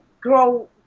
grow